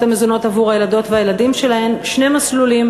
המזונות עבור הילדות והילדים שלהן שני מסלולים: